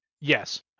Yes